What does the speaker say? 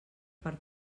per